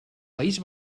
país